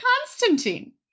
Constantine